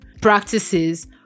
practices